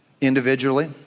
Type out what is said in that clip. individually